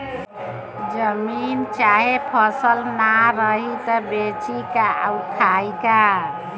जमीने चाहे फसले ना रही त बेची का अउर खाई का